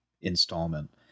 installment